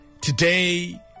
Today